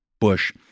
Bush